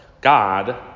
God